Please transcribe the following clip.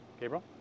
Gabriel